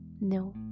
No